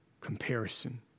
comparison